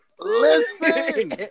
Listen